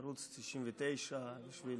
לערוץ 99, בשביל